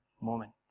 moment